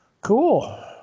Cool